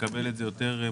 שנקבל את זה יותר מוקדם,